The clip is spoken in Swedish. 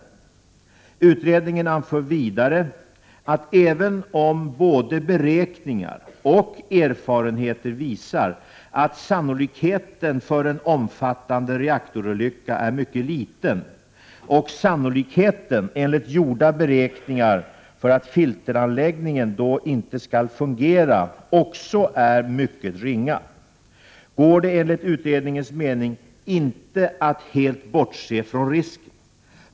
Utredningen anför vidare att även om både beräkningar och erfarenheter visar att sannolikheten för en omfattande reaktorolycka är mycket liten — och sannolikheten enligt gjorda beräkningar för att filteranläggningen då inte skall fungera också är mycket ringa — går det enligt utredningens mening inte att helt bortse från risken.